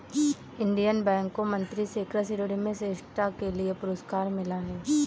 Indian Bank को मंत्री से कृषि ऋण में श्रेष्ठता के लिए पुरस्कार मिला हुआ हैं